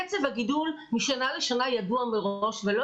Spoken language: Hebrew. קצב הגידול משנה לשנה ידוע מראש ולא